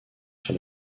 sur